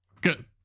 Good